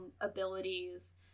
abilities